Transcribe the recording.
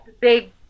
big